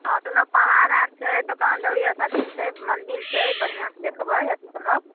हँ तऽ ओनऽ पहाड़ आर छै दोकान दौरी आर र सब चीज छै मंदिर छै बढ़िआँ से देखबै अथी करब